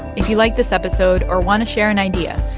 if you liked this episode or want to share an idea,